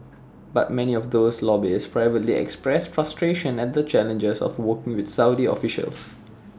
but many of those lobbyists privately express frustration at the challenges of working with Saudi officials